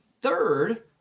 third